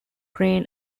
train